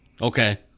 Okay